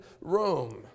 Rome